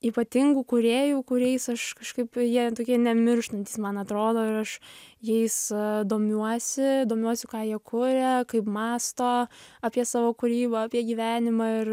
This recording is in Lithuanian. ypatingų kūrėjų kuriais aš kažkaip jie tokie nemirštantys man atrodo ir aš jais domiuosi domiuosi ką jie kuria kaip mąsto apie savo kūrybą apie gyvenimą ir